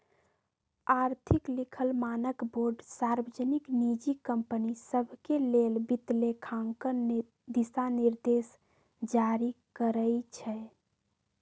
आर्थिक लिखल मानकबोर्ड सार्वजनिक, निजी कंपनि सभके लेल वित्तलेखांकन दिशानिर्देश जारी करइ छै